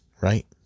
right